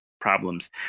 problems